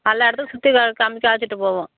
எல்லா இடத்துக்கும் சுற்றி கா காமித்து அழைச்சிட்டுப் போவோம்